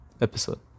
episode